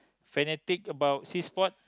fanatic about sea sport